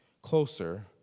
closer